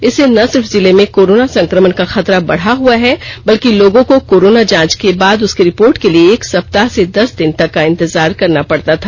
इससे न सिर्फ जिले में कोरोना संक्र मण का खतरा बढ़ा हुआ है बल्कि लोगों को कोरोना जांच के बाद उसकी रिपोर्ट के लिए एक सप्ताह से दस दिन तक का इंतजार करना पड़ता था